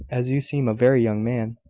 as you seem a very young man.